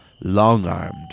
long-armed